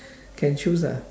can choose ah